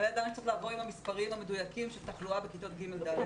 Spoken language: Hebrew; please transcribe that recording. לא ידענו שצריך לבוא עם המספרים המדויקים של תחלואה בכיתות ג'-ד'.